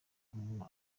umuntu